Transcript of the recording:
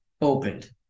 opened